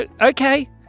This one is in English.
Okay